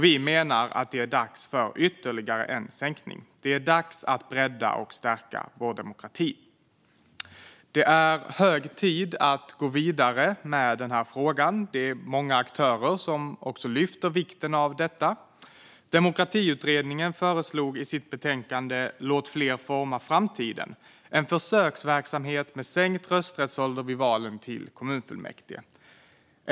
Vi menar att det är dags för ytterligare en sänkning. Det är dags att bredda och stärka vår demokrati. Det är hög tid att gå vidare med denna fråga. Det är många aktörer som också lyfter vikten av detta. Demokratiutredningen föreslog i sitt betänkande Låt fler forma framtiden! en försöksverksamhet med sänkt rösträttsålder vid valen till kommunfullmäktige.